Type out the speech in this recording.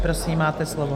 Prosím, máte slovo.